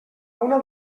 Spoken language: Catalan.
una